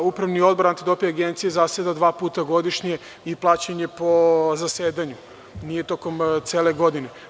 Upravni odbor Antidoping agencije zaseda dva puta godišnje i plaćen je po zasedanju, nije tokom cele godine.